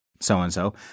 so-and-so